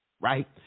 right